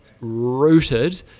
rooted